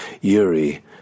Yuri